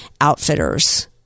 outfitters